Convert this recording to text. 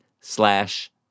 slash